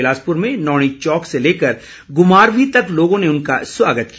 बिलासपूर में नौणी चौक से लेकर घूमारवीं तक लोगों ने उनका स्वागत किया